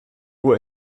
uhr